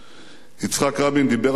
יצחק רבין דיבר על המבצע,